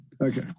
Okay